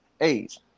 age